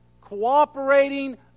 cooperating